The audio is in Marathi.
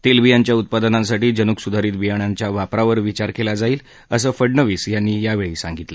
तेलबियांच्या उत्पादनासाठी जनुक सुधारित बियाण्यांच्या वापरावर विचार केला जाईल असं फडणवीस यांनी यावेळी सांगितलं